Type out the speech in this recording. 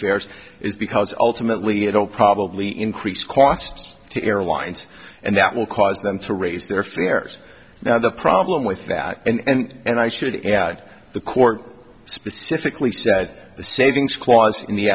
fares is because ultimately it will probably increase costs to airlines and that will cause them to raise their fares now the problem with that and i should add the court specifically said the savings clause in the